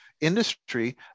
industry